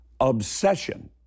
Obsession